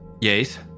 Yes